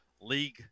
league